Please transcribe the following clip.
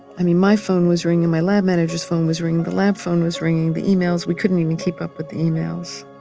and my phone was ringing. my lab manager's phone was ringing. the lab phone was ringing. the emails, we couldn't even keep up with the emails